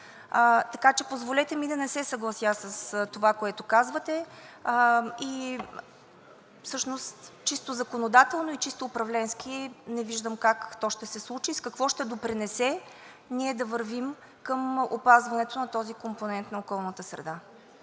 Така че позволете ми да не се съглася с това, което казвате, и всъщност чисто законодателно и чисто управленски не виждам как то ще се случи и с какво ще допринесе ние да вървим към опазването на този компонент на околната среда.